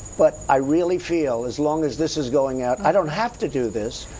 but i really feel as long as this is going out, i don't have to do this,